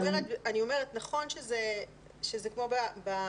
אני לא חושבת.